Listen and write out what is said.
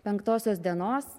penktosios dienos